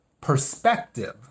perspective